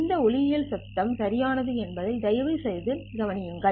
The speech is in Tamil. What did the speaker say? இந்த ஒளியியல் சத்தம் சரியானது என்பதை தயவுசெய்து கவனிக்கவும்